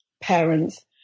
parents